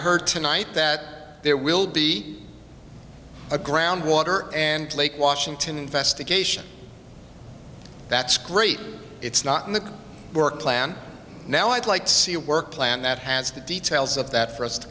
heard tonight that there will be a groundwater and lake washington investigation that's great it's not in the work plan now i'd like to see a work plan that has the details of that for us to